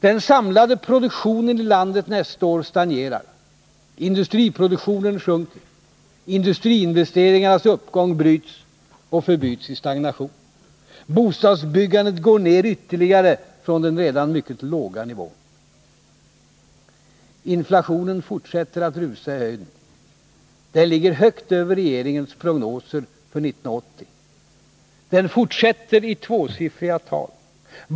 Den samlade produktionen i landet nästa år stagnerar, industriproduktionen sjunker, industriinvesteringarnas uppgång bryts och förbyts i stagnation. Bostadsbyggandet går ner ytterligare från den redan mycket låga nivån. Inflationen fortsätter att rusa i höjden. Den ligger högt över regeringens prognoser för 1980. Den fortsätter i tvåsiffriga tal.